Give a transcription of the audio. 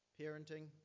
parenting